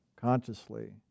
consciously